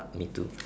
me too